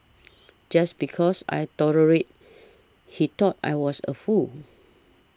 just because I tolerated he thought I was a fool